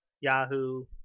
Yahoo